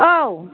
औ